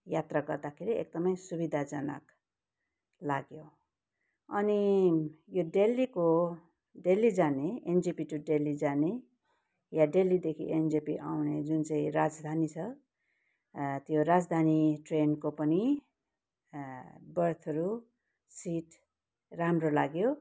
यात्रा गर्दाखेरि एकदमै सुविधाजनक लाग्यो अनि यो दिल्लीको दिल्ली जाने एनजेपी टु दिल्ली जाने या दिल्लीदेखि एनजेपी आउने जुन चाहिँ राजधानी छ त्यो राजधानी ट्रेनको पनि बर्थहरू सिट राम्रो लाग्यो